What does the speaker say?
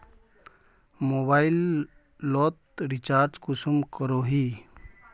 Mobile लोत recharge कुंसम करोही?